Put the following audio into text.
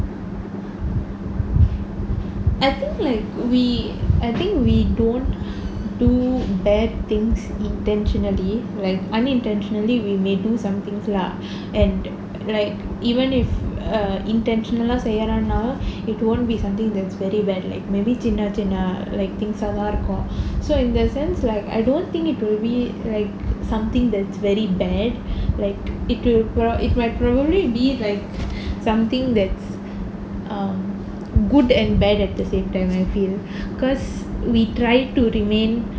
I think like we I think we don't do bad things intentionally like unintentionally we may do something lah and like even if intentional ah செய்ல நாலும்:seila naalum it won't be something that's very bad like maybe சின்ன சின்னchinna chinna like things ah தான் இருக்கும்:thaan irukkum so in the sense like I don't think it will be like something that's very bad like it will probably be like something that's um good and bad at the same time I feel because we try to remain